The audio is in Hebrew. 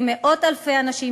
חל יום המודעות